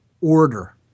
order